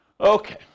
Okay